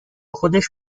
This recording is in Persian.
خودش